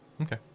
Okay